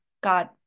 God